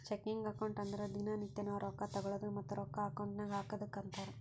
checking account ಅಂದುರ್ ದಿನಾ ನಿತ್ಯಾ ನಾವ್ ರೊಕ್ಕಾ ತಗೊಳದು ಮತ್ತ ರೊಕ್ಕಾ ಅಕೌಂಟ್ ನಾಗ್ ಹಾಕದುಕ್ಕ ಅಂತಾರ್